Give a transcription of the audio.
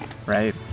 Right